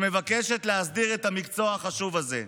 שמבקשת להסדיר את המקצוע החשוב הזה.